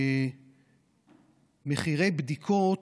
שמחירי בדיקות